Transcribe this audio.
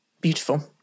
Beautiful